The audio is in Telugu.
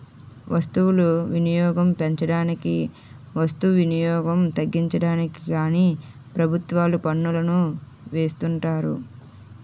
వస్తువులు వినియోగం పెంచడానికి వస్తు వినియోగం తగ్గించడానికి కానీ ప్రభుత్వాలు పన్నులను వేస్తుంటాయి